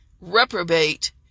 reprobate